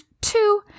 two